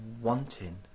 wanting